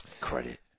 Credit